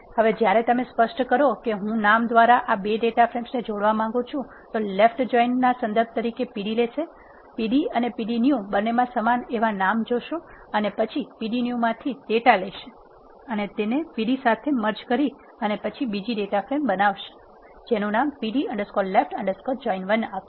હવે જ્યારે તમે સ્પષ્ટ કરો કે હું નામ દ્વારા આ 2 ડેટા ફ્રેમ્સને જોડવા માંગું છું તો લેફ્ટ જોઇન સંદર્ભ તરીકે pd લેશે pd અને pd new બંનેમાં સમાન એવા નામો જોશે અને પછી pd new માંથી ડેટા લેશે અને તેને pd સાથે મર્જ કરી અને પછી બીજી ડેટા ફ્રેમ બનાવશે જેનું નામ pd left join1 આપશે